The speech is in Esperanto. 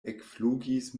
ekflugis